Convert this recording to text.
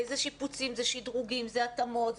זה שיפוצים, זה שדרוגים, זה התאמות.